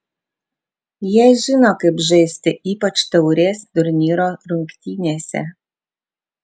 jie žino kaip žaisti ypač taurės turnyro rungtynėse